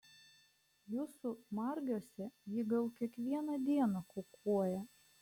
jūsų margiuose ji gal kiekvieną dieną kukuoja